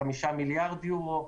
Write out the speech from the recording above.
5 מיליארד יורו.